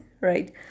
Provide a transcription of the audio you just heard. right